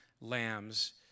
lambs